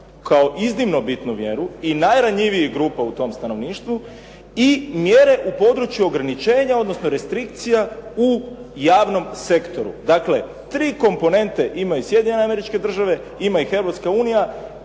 kao iznimno bitnu mjeru i najranjivijih grupa u tom stanovništvu i mjere u području ograničenja odnosno restrikcija u javnom sektoru. Dakle, tri komponente imaju Sjedinjene Američke Države, ima ih Europska unija